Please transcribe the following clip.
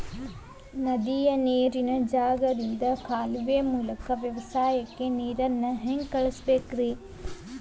ನದಿಯ ನೇರಿನ ಜಾಗದಿಂದ ಕಾಲುವೆಯ ಮೂಲಕ ವ್ಯವಸಾಯಕ್ಕ ನೇರನ್ನು ಒದಗಿಸುವುದಕ್ಕ ಏನಂತ ಕರಿತಾರೇ?